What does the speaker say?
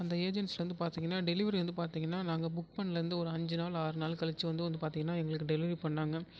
அந்த ஏஜென்சில வந்து பார்த்திங்கன்னா டெலிவரி வந்து பார்த்திங்கன்னா நாங்கள் புக் பண்லருந்து ஒரு அஞ்சு நாள் ஆறு நாள் கழிச்சு வந்து வந்து பாத்திங்கன்னா எங்களுக்கு டெலிவரி பண்ணாங்கள்